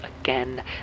again